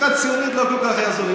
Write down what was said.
מוזיקה ציונית לא כל כך יעזור לי.